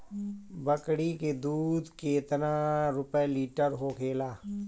बकड़ी के दूध केतना रुपया लीटर होखेला?